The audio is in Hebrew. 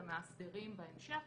למאסדרים בהמשך,